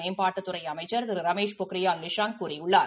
மேம்பாட்டுத்துறை அமைச்சர் திரு ரமேஷ் பொக்ரியால் நிஷாங் கூறியுள்ளார்